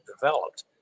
developed